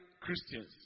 Christians